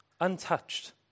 untouched